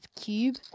cube